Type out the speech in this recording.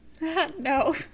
No